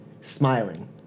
smiling